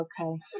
Okay